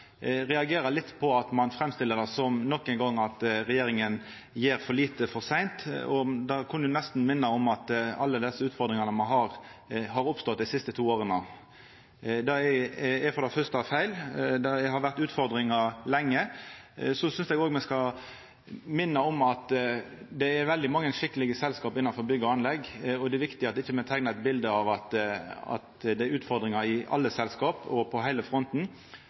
reagerer litt på at ein nok ein gong framstiller det som at regjeringa gjer for lite for seint. Det kunne nesten synast som om alle desse utfordringane me har, har oppstått dei siste to åra. Det er for det første feil. Det har vore utfordringar lenge. Eg synest òg me skal minna om at det er veldig mange skikkelege selskap innanfor bygg og anlegg, og det er viktig at me ikkje teiknar eit bilete av at det er utfordringar i alle selskap og på heile fronten.